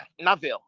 navel